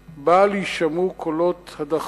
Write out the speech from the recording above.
בל יישמעו קולות הדחפורים,